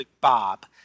Bob